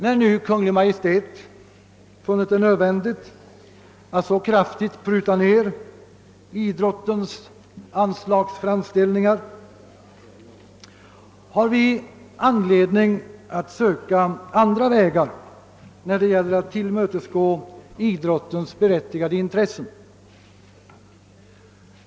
När nu Kungl. Maj:t funnit det nödvändigt att pruta ned idrottsorganisationernas anslagsframställningar så kraftigt har vi anledning att söka andra vägar för att tillmötesgå idrottsorganisationernas berättigade anspråk.